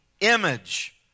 image